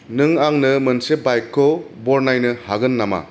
नों आंनो मोनसे बाइकखौ बनायनो हागोन नामा